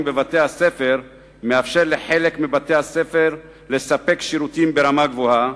בבתי-הספר מאפשר לחלק מבתי-הספר לספק שירותים ברמה גבוהה,